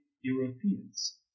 Europeans